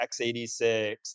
x86